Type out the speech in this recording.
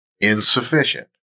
insufficient